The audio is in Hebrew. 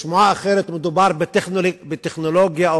שמועה אחרת אומרת שמדובר בטכנולוגיה או